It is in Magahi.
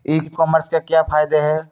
ई कॉमर्स के क्या फायदे हैं?